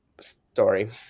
story